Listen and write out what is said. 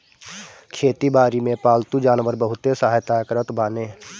खेती बारी में पालतू जानवर बहुते सहायता करत बाने